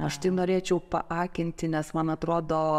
aš norėčiau paakinti nes man atrodo